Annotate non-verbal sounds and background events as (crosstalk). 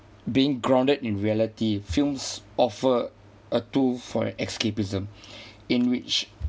being grounded in reality films offer a tool for escapism (breath) in which